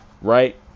right